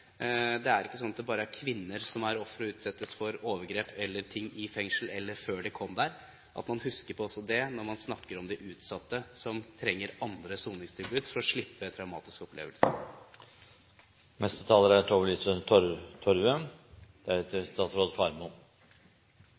Det er ikke slik at det bare er kvinner som er ofre og utsettes for overgrep eller annet i fengsel, eller før de kom dit – man må også huske på det når man snakker om de utsatte som trenger andre soningstilbud for å slippe